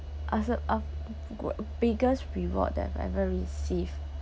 answer of go~ biggest reward that I've ever received